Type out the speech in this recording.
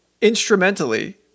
instrumentally